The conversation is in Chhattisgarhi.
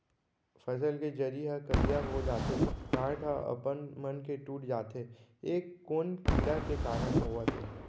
फसल के जरी ह करिया हो जाथे, गांठ ह अपनमन के टूट जाथे ए कोन कीड़ा के कारण होवत हे?